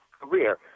career